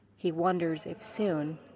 he wonders if, soon,